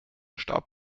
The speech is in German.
starb